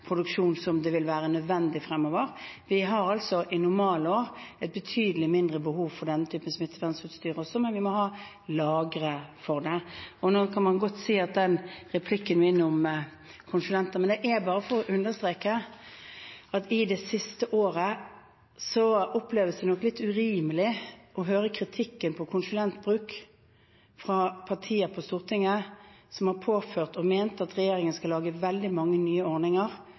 produksjon, som vil være nødvendig fremover. Vi har i normalår et betydelig mindre behov for denne typen smittevernutstyr, men vi må ha lagre for det. Replikken min om konsulenter var bare for å understreke at i det siste året oppleves det nok litt urimelig å høre kritikken for konsulentbruk fra partier på Stortinget som har påført og ment at regjeringen skal lage veldig mange nye ordninger,